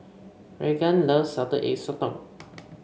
Raegan loves Salted Egg Sotong